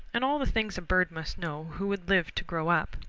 and all the things a bird must know who would live to grow up.